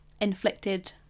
inflicted